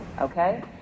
okay